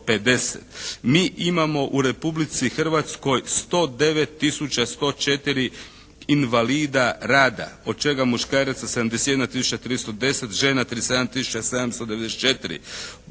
Mi imamo u Republici Hrvatskoj 109 tisuća 104 invalida rada, od čega muškaraca 71 tisuća 310, žena 37